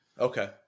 Okay